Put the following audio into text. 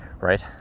right